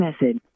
message